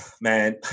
man